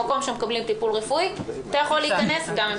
גם אדם עם שפעת אני לא רוצה שייכנס לקניון,